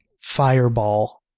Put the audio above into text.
fireball